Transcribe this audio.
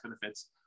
benefits